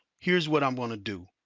here's what i'm gonna do.